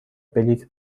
بلیط